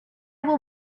will